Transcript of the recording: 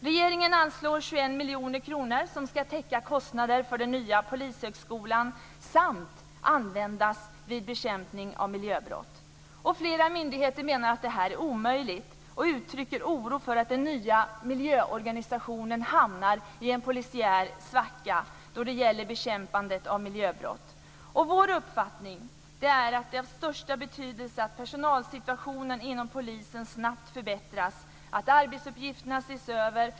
Regeringen anslår 21 miljoner kronor som ska täcka kostnaderna för den nya polishögskolan samt användas vid bekämpning av miljöbrott. Flera myndigheter menar att detta är omöjligt och uttrycker oro för att den nya miljöorganisationen hamnar i en polisiär svacka då det gäller bekämpandet av miljöbrott. Vår uppfattning är att det är av största betydelse att personalsituationen inom polisen snabbt förbättras och att arbetsuppgifterna ses över.